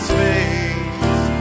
face